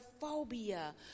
phobia